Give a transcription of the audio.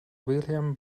william